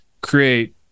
create